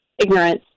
ignorance